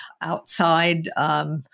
outside